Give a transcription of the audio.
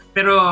Pero